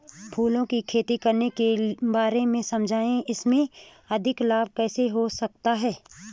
फूलों की खेती करने के बारे में समझाइये इसमें अधिक लाभ कैसे हो सकता है?